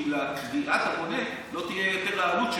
כי לקריאת המונה לא תהיה יותר העלות של